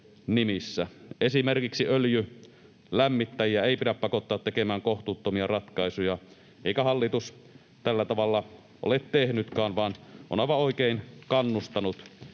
Esimerkiksi öljylämmittäjiä ei pidä pakottaa tekemään kohtuuttomia ratkaisuja, eikä hallitus tällä tavalla ole tehnytkään, vaan on aivan oikein kannustanut